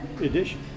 edition